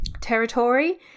territory